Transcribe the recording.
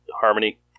Harmony